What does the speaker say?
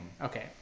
Okay